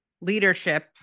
leadership